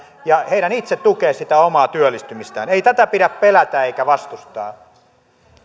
ja heidän itse tukea sitä omaa työllistymistään ei tätä pidä pelätä eikä vastustaa